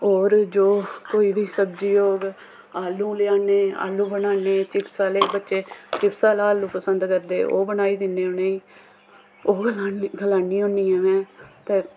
होर जो कोई बी सब्जी होग आलू लेआने आलू बनाने भी चिप्स आह्ले बच्चे चिप्स आह्ला आलू पसंद करदे ते ओह् बनाई दिंनें उ'नेंई होर खलान्नी होन्नी आं में ते